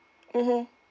mmhmm